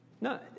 No